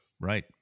Right